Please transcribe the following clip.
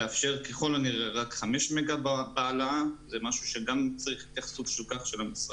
תאפשר ככל הנראה רק 5 מגה בהעלאה וזה משהו שגם צריך התייחסות של המשרד.